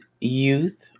youth